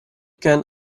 can